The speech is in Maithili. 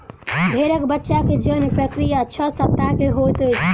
भेड़क बच्चा के जन्म प्रक्रिया छह सप्ताह के होइत अछि